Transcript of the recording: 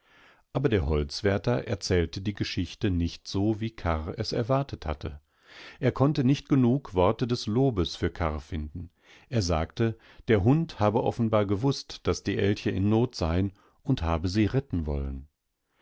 aber der holzwärter erzählte die geschichte nicht so wie karr es erwartet hatte er konnte nicht genug worte des lobes für karr finden er sagte der hund habe offenbar gewußt daß die elche in not seien und habe sie retten wollen